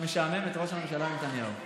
משעמם את ראש הממשלה נתניהו?